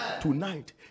tonight